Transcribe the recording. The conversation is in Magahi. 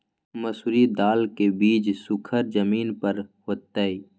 मसूरी दाल के बीज सुखर जमीन पर होतई?